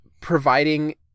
providing